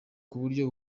kuburyo